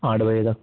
آٹھ بجے تک